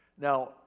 Now